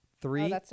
Three